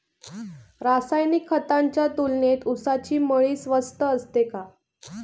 रासायनिक खतांच्या तुलनेत ऊसाची मळी स्वस्त असते का?